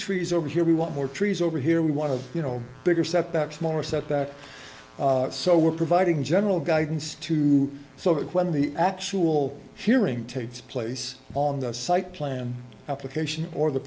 trees over here we want more trees over here we want to you know bigger setbacks more setbacks so we're providing general guidance to so when the actual hearing takes place on the site plan application or the